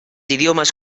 idiomes